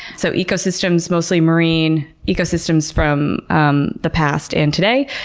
so, ecosystems, mostly marine ecosystems from um the past and today.